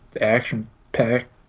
action-packed